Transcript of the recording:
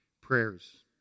prayers